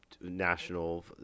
national